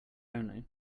only